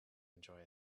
enjoy